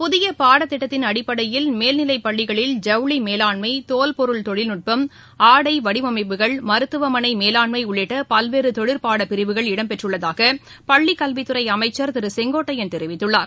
புதிய பாடத்திட்டத்தின் அடிப்படையில் மேல்நிலைப் பள்ளிகளில் ஜவுளி மேலாண்மை தோல் பொருள் தொழில்நட்டம் ஆடை வடிவமைப்புகள் மருத்துவமனை மேலாண்மை உள்ளிட்ட பல்வேறு தொழிற்பாட பிரிவுகள் இடம்பெற்றிருப்பதாக பள்ளிக்கல்வித்துறை அமைச்சர் திரு கே ஏ செங்கோட்டையன் தெரிவித்துள்ளார்